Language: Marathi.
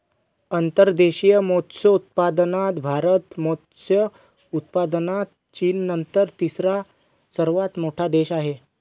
अंतर्देशीय मत्स्योत्पादनात भारत मत्स्य उत्पादनात चीननंतर तिसरा सर्वात मोठा देश आहे